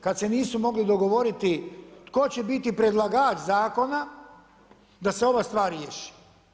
Kad se nisu mogli dogovoriti tko će biti predlagač zakona da se ova stvar riješi.